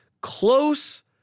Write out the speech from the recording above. close